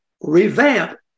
revamp